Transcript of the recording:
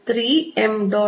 m